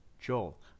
Joel